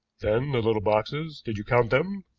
then the little boxes did you count them?